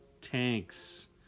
tanks